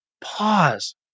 Pause